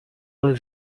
leave